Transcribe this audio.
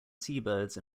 seabirds